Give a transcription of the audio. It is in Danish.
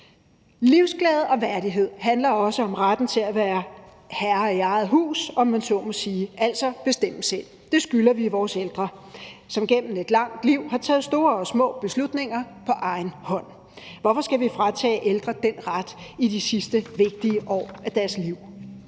Livsglæde og værdighed handler også om retten til at være herre i eget hus, om man så må sige, altså at bestemme selv. Det skylder vi vores ældre, som igennem et langt liv har taget store og små beslutninger på egen hånd. Hvorfor skal vi fratage ældre den ret i de sidste vigtige år af deres liv?